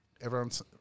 everyone's